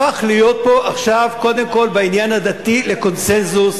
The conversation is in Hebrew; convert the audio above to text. הפך להיות פה עכשיו קודם כול בעניין הדתי לקונסנזוס,